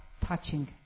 touching